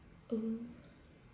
oh